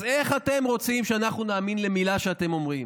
אז איך אתם רוצים שאנחנו נאמין למילה שאתם אומרים?